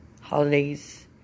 holidays